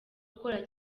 gukora